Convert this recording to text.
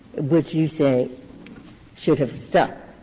which you say should have stuck,